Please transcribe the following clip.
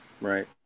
Right